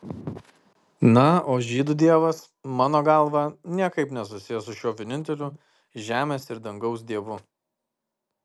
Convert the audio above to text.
na o žydų dievas mano galva niekaip nesusijęs su šiuo vieninteliu žemės ir dangaus dievu